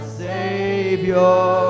savior